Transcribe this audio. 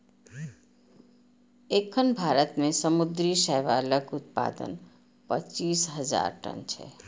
एखन भारत मे समुद्री शैवालक उत्पादन पच्चीस हजार टन छै